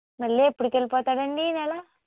మళ్ళీ ఎప్పటికి వెళ్ళిపోతాడండి ఈ నెల